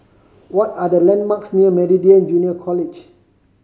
what are the landmarks near Meridian Junior College